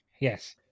Yes